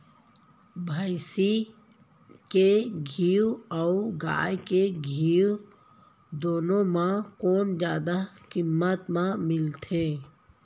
भैंसी के घीव अऊ गाय के घीव दूनो म कोन जादा किम्मत म मिलथे?